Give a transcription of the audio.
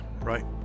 Right